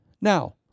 Now